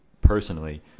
personally